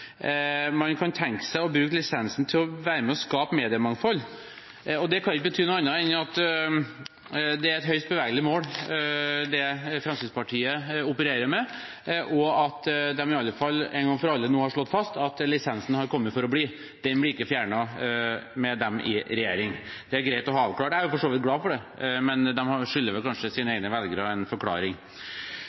man kan tenke seg å bruke lisensen til å være med og skape mediemangfold. Det kan ikke bety noe annet enn at det er et høyst bevegelig mål, det Fremskrittspartiet opererer med, og at de iallfall en gang for alle nå har slått fast at lisensen er kommet for å bli. Den blir ikke fjernet med dem i regjering. Det er greit å ha avklart, og jeg er for så vidt glad for det, men de skylder kanskje sine egne velgere en forklaring.